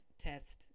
test